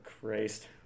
Christ